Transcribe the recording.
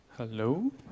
Hello